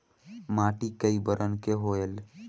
माटी कई बरन के होयल?